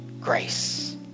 grace